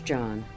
John